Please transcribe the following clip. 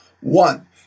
One